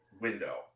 window